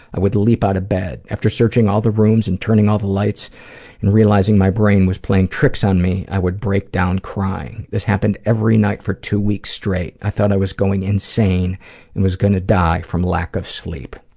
i would leap out of bed. after searching all the rooms and turning all the lights and realizing my brain was playing tricks on me, i would break down crying. this happened every night for two weeks straight. i thought i was going insane and was gonna die from lack of sleep.